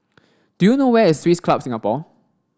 do you know where is Swiss Club Singapore